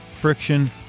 friction